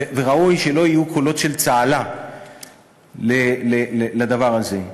וראוי שלא יהיו קולות של צהלה על הדבר הזה.